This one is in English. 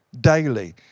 daily